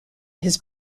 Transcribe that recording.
his